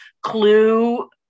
clue